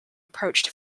approached